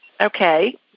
Okay